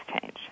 change